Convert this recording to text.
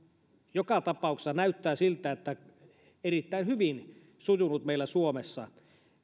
joka tapauksessa näyttää siltä että erittäin hyvin sujunut meillä suomessa